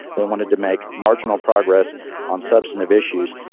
they wanted to make marginal progress on substantive issues.